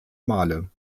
male